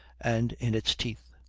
and in its teeth.